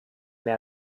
mehr